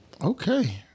okay